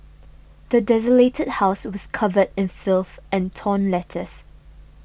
the desolated house was covered in filth and torn letters